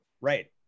Right